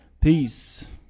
Peace